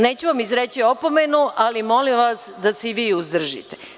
Neću vam izreći opomenu, ali vas molim da se i vi uzdržite.